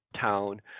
town